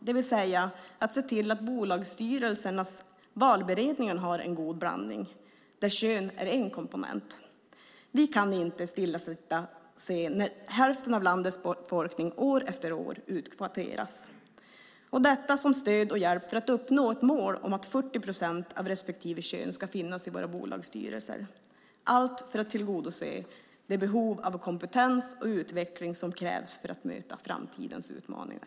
Vi vill se till att bolagsstyrelsernas valberedningar har en god blandning där kön är en komponent. Vi kan inte stillasittande se på när hälften av landets befolkning år efter år utkvoteras. Detta ska vara ett stöd och en hjälp för att uppnå målet att 40 procent av respektive kön ska finnas i våra bolagsstyrelser för att tillgodose det behov av kompetens och utveckling som krävs för att möta framtidens utmaningar.